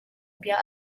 bia